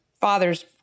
fathers